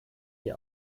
die